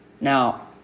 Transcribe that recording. Now